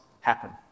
Happen